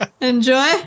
Enjoy